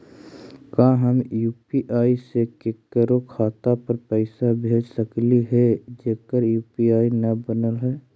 का हम यु.पी.आई से केकरो खाता पर पैसा भेज सकली हे जेकर यु.पी.आई न बनल है?